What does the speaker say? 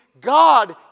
God